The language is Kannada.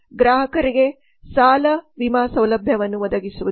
ಗ್ರಾಹಕರಿಗೆ ಸಾಲ ವಿಮಾ ಸೌಲಭ್ಯವನ್ನು ಒದಗಿಸುವುದು